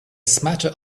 smatter